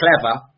clever